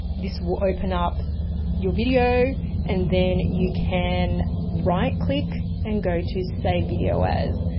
this will open up your video and then you can right click and go to save video as,